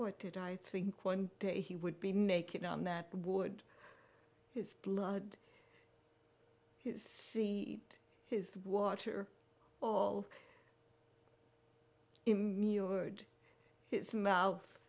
what did i think one day he would be naked on that ward his blood see his water all in me your word his mouth